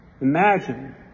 Imagine